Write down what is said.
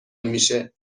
میشه